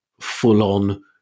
full-on